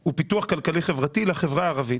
הוא פיתוח כלכלי-חברתי לחברה הערבית